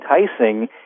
enticing